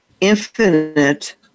infinite